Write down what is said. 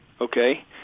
okay